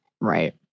Right